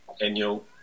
annual